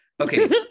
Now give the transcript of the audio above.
okay